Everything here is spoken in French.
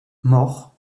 mort